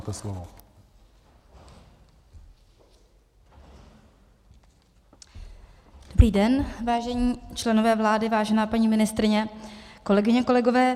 Dobrý den, vážení členové vlády, vážená paní ministryně, kolegyně, kolegové.